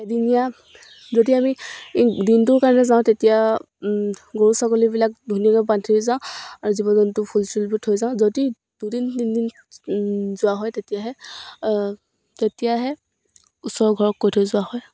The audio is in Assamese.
এদিনীয়া যদি আমি দিনটোৰ কাৰণে যাওঁ তেতিয়া গৰু ছাগলীবিলাক ধুনীয়াকৈ বান্ধি থৈ যাওঁ আৰু জীৱ জন্তু ফুল চুলবোৰ থৈ যাওঁ যদি দুদিন তিনিদিন যোৱা হয় তেতিয়াহে তেতিয়াহে ওচৰ ঘৰত কৈ থৈ যোৱা হয়